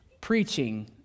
preaching